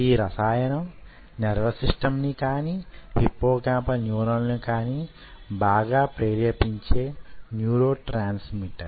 ఈ రసాయనం nervous system ని కాని హిప్పోకాంపల్ న్యూరాన్ల ను కాని బాగా ప్రేరేపించే న్యూరో ట్రాన్స్మిటర్